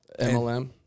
MLM